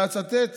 ואצטט